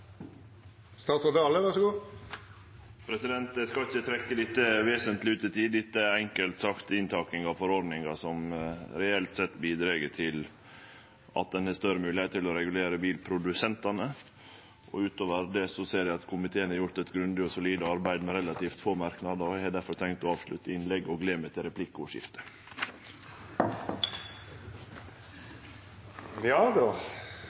enkelt sagt inntaking av forordningar som reelt sett bidreg til at ein har større mogelegheit til å regulere bilprodusentane. Utover det ser eg at komiteen har gjort eit grundig og solid arbeid med relativt få merknader. Eg har difor tenkt å avslutte innlegget og glede meg til